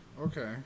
Okay